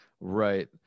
right